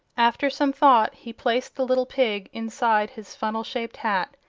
after some thought he placed the little pig inside his funnel-shaped hat,